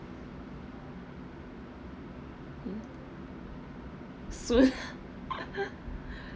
soon